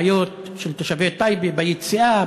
בעיות של תושבי טייבה ביציאה,